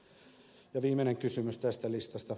ja viimeinen kysymys tästä listasta